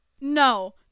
No